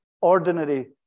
Ordinary